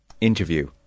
interview